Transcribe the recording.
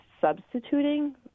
substituting